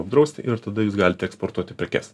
apdrausti ir tada jūs galite eksportuoti prekes